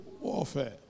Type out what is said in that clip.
warfare